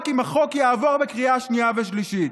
אם החוק יעבור בקריאה שנייה ושלישית.